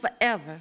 forever